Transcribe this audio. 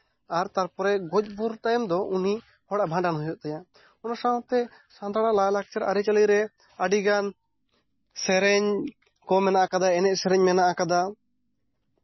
ᱟᱨ ᱛᱟᱨᱯᱚᱨᱮ ᱜᱚᱡ ᱜᱩᱨ ᱛᱟᱭᱚᱢ ᱫᱚ ᱩᱱᱤ ᱦᱚᱲᱟᱜ ᱵᱷᱟᱸᱰᱟᱱ ᱦᱩᱭᱩᱜ ᱛᱟᱭᱟ ᱚᱱᱟ ᱥᱟᱶᱛᱮ ᱥᱟᱱᱛᱟᱲᱟᱜ ᱞᱟᱭᱼᱞᱟᱠᱪᱟᱨ ᱟᱹᱨᱤᱪᱟᱹᱞᱤ ᱨᱮ ᱟᱹᱰᱤᱜᱟᱱ ᱥᱮᱨᱮᱧ ᱠᱚ ᱢᱮᱱᱟᱜ ᱠᱟᱫᱟ ᱮᱱᱮᱡ ᱥᱮᱨᱮᱧ ᱠᱚ ᱢᱮᱱᱟᱜ ᱠᱟᱫᱟ